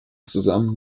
zusammen